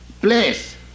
place